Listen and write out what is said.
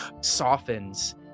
softens